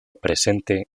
presente